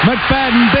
McFadden